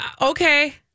Okay